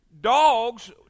Dogs